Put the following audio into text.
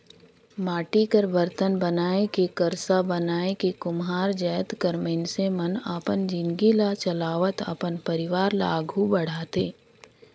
माटी कर बरतन बनाए के करसा बनाए के कुम्हार जाएत कर मइनसे मन अपन जिनगी ल चलावत अपन परिवार ल आघु बढ़ाथे